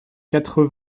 quatre